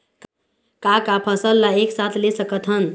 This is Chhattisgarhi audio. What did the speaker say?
का का फसल ला एक साथ ले सकत हन?